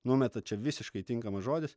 numeta čia visiškai tinkamas žodis